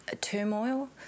turmoil